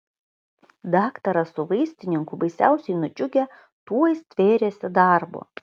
daktaras su vaistininku baisiausiai nudžiugę tuoj stvėrėsi darbo